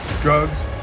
drugs